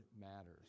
matters